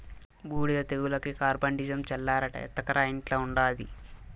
బూడిద తెగులుకి కార్బండిజమ్ చల్లాలట ఎత్తకరా ఇంట్ల ఉండాది